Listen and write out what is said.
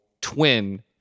twin